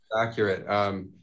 accurate